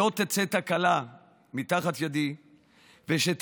שלא תצא תקלה מתחת ידי ושתמיד